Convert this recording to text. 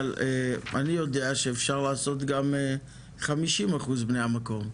אני יודע שאפשר לעשות גם 50% בני המקום.